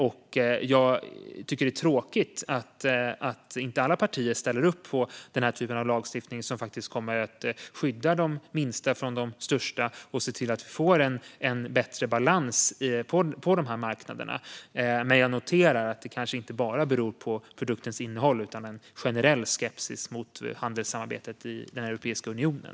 Det är tråkigt att inte alla partier ställer upp på den typen av lagstiftning som kommer att skydda de minsta från de största och se till att vi får en bättre balans på marknaderna. Jag noterar att det kanske inte bara beror på produktens innehåll utan också på en generell skepsis mot handelssamarbetet i Europeiska unionen.